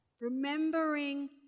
remembering